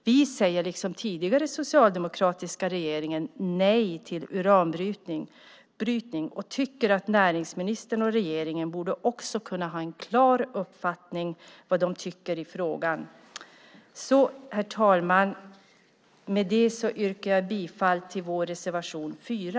Vi säger liksom den tidigare socialdemokratiska regeringen nej till uranbrytning och tycker att näringsministern och regeringen också borde kunna ha en klar uppfattning i frågan. Herr talman! Med detta yrkar jag bifall till reservation 4.